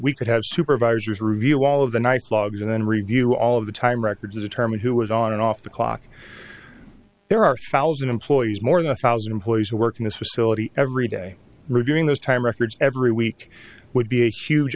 we could have supervisors review all of the nice logs and then review all of the time records to determine who was on and off the clock there are thousand employees more than a thousand employees who work in this was every day reviewing this time records every week would be a huge